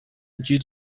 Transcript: you